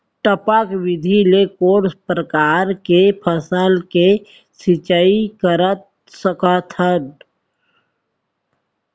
टपक विधि ले कोन परकार के फसल के सिंचाई कर सकत हन?